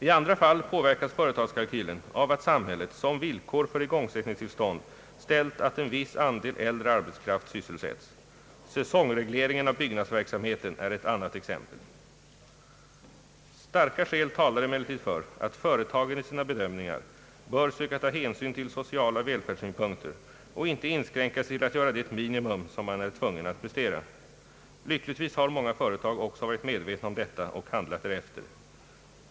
I andra fall påverkas företagskalkylen av att samhället som villkor för igångsättningstillstånd ställt att en viss andel äldre arbetskraft sysselsätts. Säsongregleringen av byggnadsverksamheten är ett annat exempel. Starka skäl talar emellertid för att företagen i sina bedömningar bör söka ta hänsyn till sociala välfärdssynpunkter och inte inskränka sig till att göra det minimum som man är tvungen att prestera. Lyckligtvis har många företag också varit medvetna om detta och handlat därefter.